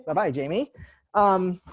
ah by jamie i'm